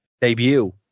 debut